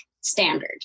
standard